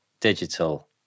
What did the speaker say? digital